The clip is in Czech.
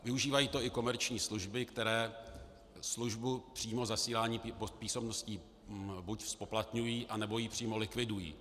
Využívají to i komerční služby, které službu přímo zasílání písemností buď zpoplatňují, anebo ji přímo likvidují.